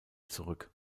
zurück